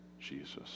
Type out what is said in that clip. Jesus